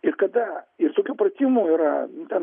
ir kada ir tokių pratimų yra nu ten